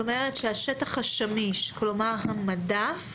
השטח השמיש, כלומר המדף.